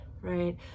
right